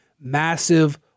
massive